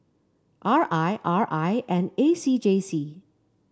R I R I and A C J C